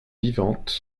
vivantes